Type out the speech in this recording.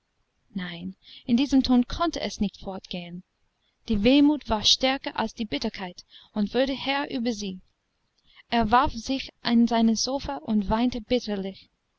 dulcinea nein in diesem tone konnte es nicht fortgehen die wehmut war stärker als die bitterkeit und wurde herr über sie er warf sich in seinen sofa und weinte bitterlich